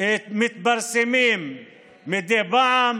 ומתפרסמים מדי פעם.